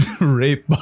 rape